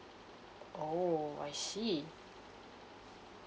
oh I see